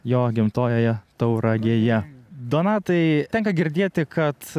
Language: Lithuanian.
jo gimtojoje tauragėje donatai tenka girdėti kad